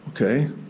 Okay